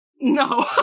No